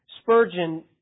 Spurgeon